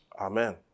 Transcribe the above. Amen